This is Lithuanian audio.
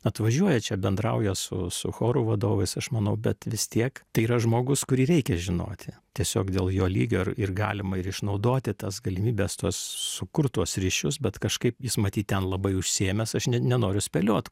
atvažiuoja čia bendrauja su su chorų vadovas aš manau bet vis tiek tai yra žmogus kurį reikia žinoti tiesiog dėl jo lygio ir ir galima ir išnaudoti tas galimybes tuos sukurt tuos ryšius bet kažkaip jis matyt ten labai užsiėmęs aš net nenoriu spėliot